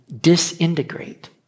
disintegrate